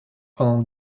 pendant